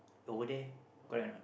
over there correct or not